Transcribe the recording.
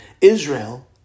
Israel